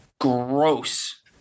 gross